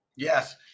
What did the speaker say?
Yes